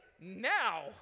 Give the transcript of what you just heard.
now